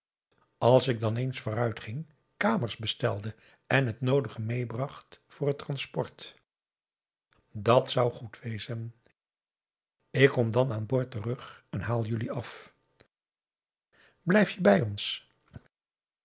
als ik dan eens vooruit ging kamers bestelde en het noodige meebracht voor het transport dat zou goed wezen ik kom dan aan boord terug en haal jullie af blijf je bij ons